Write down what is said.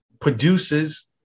produces